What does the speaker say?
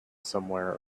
somewhere